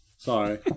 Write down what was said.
Sorry